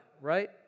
right